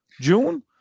June